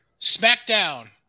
SmackDown